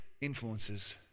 influences